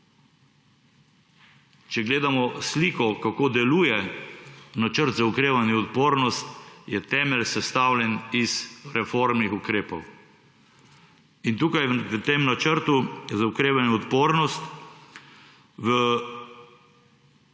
Če gledamo sliko, kako deluje Načrt za okrevanje in odpornost, je temelj sestavljen iz reformnih ukrepov. Tukaj, v tem Načrtu za okrevanje in odpornost v